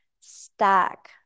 stack